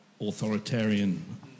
authoritarian